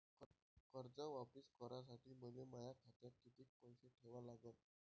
कर्ज वापिस करासाठी मले माया खात्यात कितीक पैसे ठेवा लागन?